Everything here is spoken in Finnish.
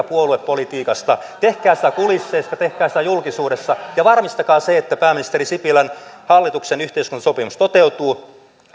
puoluepolitiikasta tehkää sitä kulisseissa tehkää sitä julkisuudessa ja varmistakaa että pääministeri sipilän hallituksen yhteiskuntasopimus toteutuu koska